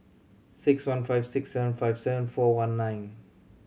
six one five six seven five seven four one nine